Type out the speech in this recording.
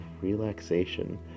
relaxation